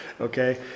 Okay